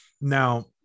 now